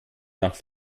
nach